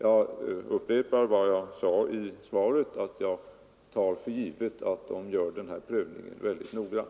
Jag upprepar vad jag sade i svaret, nämligen att jag tar för givet att man gör denna prövning mycket noggrant.